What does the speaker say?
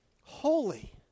holy